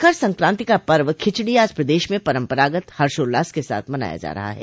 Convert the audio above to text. मकर संक्राति का पर्व खिचड़ी आज प्रदेश में परम्परागत हर्षोल्लास के साथ मनाया जा रहा है